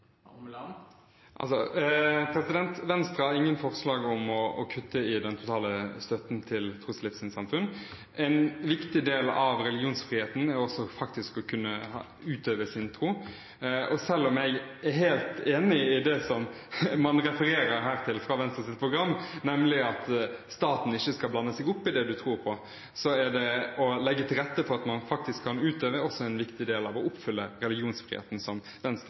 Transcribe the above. Venstre har ingen forslag om å kutte i den totale støtten til tros- og livssynssamfunn. En viktig del av religionsfriheten er å kunne utøve sin tro, og selv om jeg er helt enig i det man her refererer til fra Venstres program, nemlig at staten ikke skal blande seg opp i det man tror på, er det å legge til rette for at man faktisk kan utøve det, også en viktig del av å oppfylle religionsfriheten som Venstre